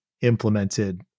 implemented